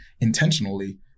intentionally